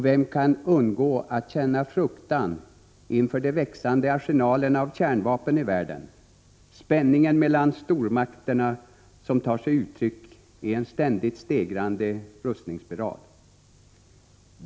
Vem kan undgå att känna fruktan inför de växande arsenalerna av kärnvapen i världen, inför spänningen mellan stormakterna, som tar sig uttryck i en ständigt stigande rustningsspiral?